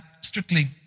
strictly